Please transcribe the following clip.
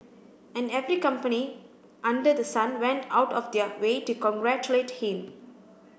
and every company under the sun went out of their way to congratulate him